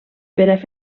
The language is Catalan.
fer